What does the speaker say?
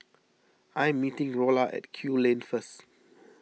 I am meeting Rolla at Kew Lane first